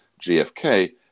GfK